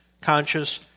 conscious